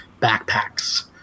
backpacks